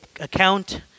account